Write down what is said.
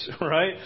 right